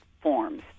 forms